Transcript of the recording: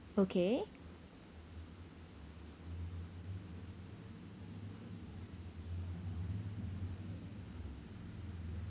okay